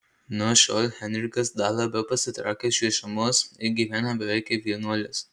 nuo šiol henrikas dar labiau pasitraukia iš viešumos ir gyvena beveik kaip vienuolis